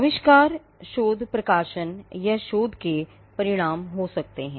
आविष्कार शोध प्रकाशन या शोध के परिणाम हो सकते हैं